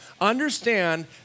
understand